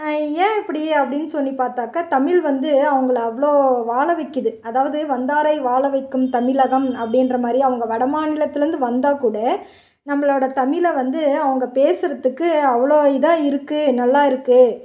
ஏன் இப்படி அப்படின்னு சொல்லி பார்த்தாக்க தமிழ் வந்து அவங்கள அவ்வளோ வாழ வைக்குது அதாவது வந்தாரை வாழவைக்கும் தமிழகம் அப்படின்ற மாதிரி அவங்க வட மாநிலத்துலேருந்து வந்தால் கூட நம்மளோடய தமிழை வந்து அவங்க பேசுகிறதுக்கு அவ்வளோ இதாக இருக்குது நல்லாயிருக்கு